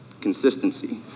Consistency